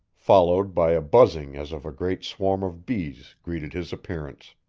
followed by a buzzing as of a great swarm of bees greeted his appearance.